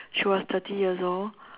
she was thirty years old